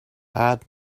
add